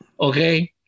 Okay